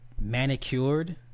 manicured